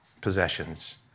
possessions